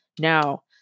no